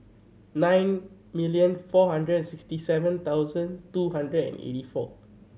nine million four hundred and sixty seven thousand two hundred and eighty four